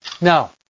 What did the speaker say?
Now